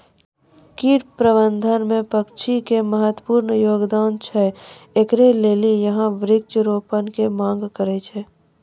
कीट प्रबंधन मे पक्षी के महत्वपूर्ण योगदान छैय, इकरे लेली यहाँ वृक्ष रोपण के मांग करेय छैय?